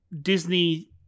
Disney